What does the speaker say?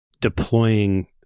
deploying